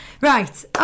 Right